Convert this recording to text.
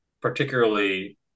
particularly